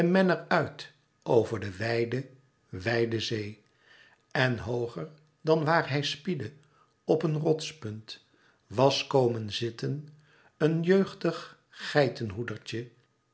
uit over de wijde wijde zee en hooger dan waar hij spiedde op een rotspunt was komen zitten een jeugdig